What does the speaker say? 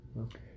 Okay